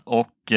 och